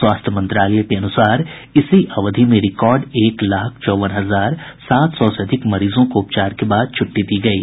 स्वास्थ्य मंत्रालय के अनुसार इसी अवधि में रिकॉर्ड एक लाख चौवन हजार सात सौ से अधिक मरीजों को उपचार के बाद छुट्टी दी गयी